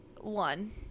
one